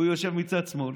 הוא יושב מצד שמאל,